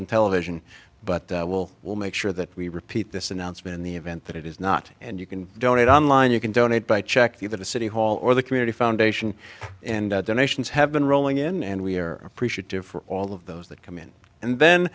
on television but will will make sure that we repeat this announcement in the event that it is not and you can donate online you can donate by check either to city hall or the community foundation and donations have been rolling in and we're appreciative for all of those that come in and then